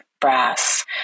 brass